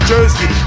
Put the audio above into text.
Jersey